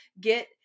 get